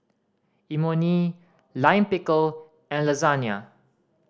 Imoni Lime Pickle and Lasagna